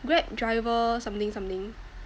Grab driver something something